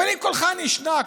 אבל אם קולך נשנק,